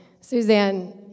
Suzanne